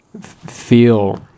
feel